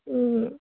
ও